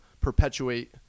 perpetuate